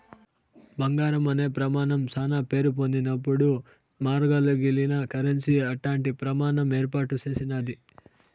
బంగారం అనే ప్రమానం శానా పేరు పొందినపుడు మార్సగలిగిన కరెన్సీ అట్టాంటి ప్రమాణం ఏర్పాటు చేసినాది